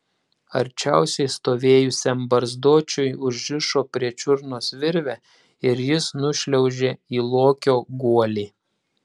arčiausiai stovėjusiam barzdočiui užrišo prie čiurnos virvę ir jis nušliaužė į lokio guolį